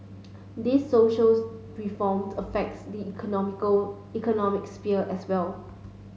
these socials reformed affect the economical economic sphere as well